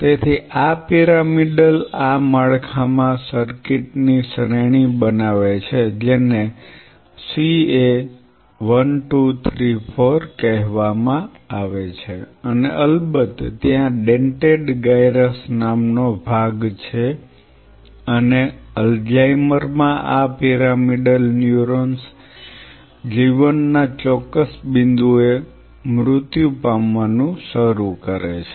તેથી આ પિરામિડલ આ માળખામાં સર્કિટની શ્રેણી બનાવે છે જેને ca 1 2 3 4 કહેવામાં આવે છે અને અલબત્ત ત્યાં ડેન્ટેડ ગાયરસ નામનો ભાગ છે અને અલ્ઝાઇમર માં આ પિરામિડલ ન્યુરોન્સ જીવનના ચોક્કસ બિંદુએ મૃત્યુ પામવાનું શરૂ કરે છે